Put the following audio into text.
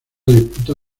disputa